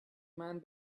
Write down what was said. man